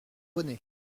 bonnet